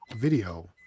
video